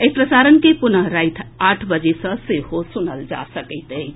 एहि प्रसारण के पुनः राति आठ बजे सँ सेहो सुनल जा सकैत अछि